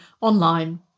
online